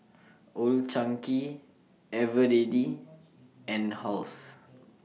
Old Chang Kee Eveready and House